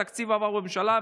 התקציב עבר בממשלה,